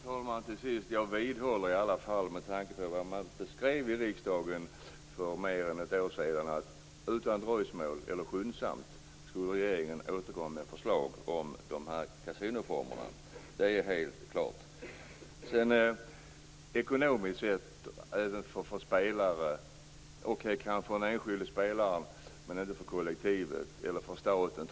Herr talman! Till sist vill jag i alla fall upprepa att riksdagen för mer än ett år sedan skrev att regeringen utan dröjsmål eller skyndsamt skulle återkomma med förslag om de här kasinoformerna. Det är helt klart. Ekonomiskt sett tror jag inte kasinon är någon större inkomstkälla - kanske för den enskilde spelaren men inte för kollektivet eller för staten.